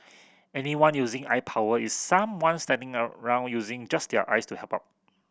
anyone using eye power is someone standing around using just their eyes to help out